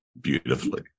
beautifully